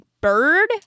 bird